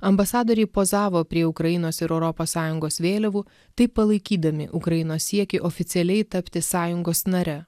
ambasadoriai pozavo prie ukrainos ir europos sąjungos vėliavų taip palaikydami ukrainos siekį oficialiai tapti sąjungos nare